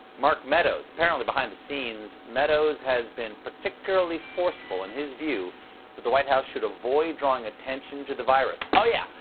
mark meadows. apparently, behind the scenes, has been particularly forceful in his view that the white house should avoid drawing attention to the virus. oh, yeah,